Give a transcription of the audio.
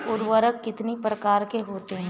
उर्वरक कितनी प्रकार के होता हैं?